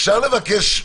אפשר לבקש,